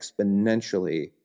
exponentially